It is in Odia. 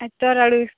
ଆ ତୋର ଆଡ଼ୁ